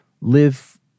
live